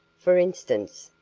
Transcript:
for instance,